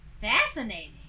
fascinating